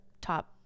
top